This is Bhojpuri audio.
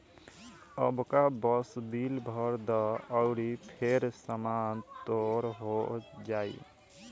अबका बस बिल भर द अउरी फेर सामान तोर हो जाइ